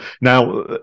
now